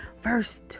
Verse